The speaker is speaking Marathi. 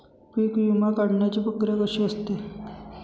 पीक विमा काढण्याची प्रक्रिया कशी असते?